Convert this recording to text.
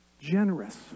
Generous